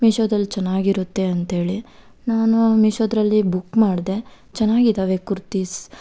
ಮೀಶೋದಲ್ಲಿ ಚೆನ್ನಾಗಿರುತ್ತೆ ಅಂತ ಹೇಳಿ ನಾನು ಮೀಶೋದಲ್ಲಿ ಬುಕ್ ಮಾಡಿದೆ ಚೆನ್ನಾಗಿದ್ದಾವೆ ಕುರ್ತಿಸ್